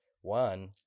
one